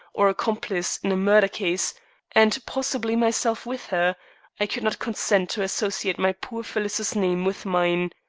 or accomplice, in a murder case and possibly myself with her i could not consent to associate my poor phyllis's name with mine.